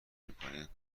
میکنید